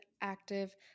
active